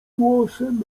głosem